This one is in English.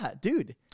dude